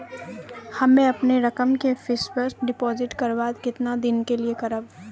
हम्मे अपन रकम के फिक्स्ड डिपोजिट करबऽ केतना दिन के लिए करबऽ?